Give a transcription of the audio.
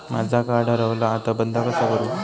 माझा कार्ड हरवला आता बंद कसा करू?